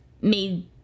made